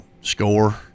score